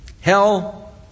Hell